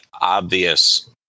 obvious